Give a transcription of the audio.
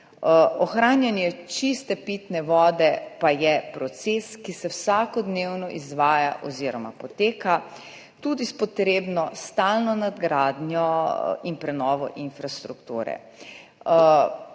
Ohranjanje čiste pitne vode pa je proces, ki se vsakodnevno izvaja oziroma poteka tudi s potrebno stalno nadgradnjo in prenovo infrastrukture.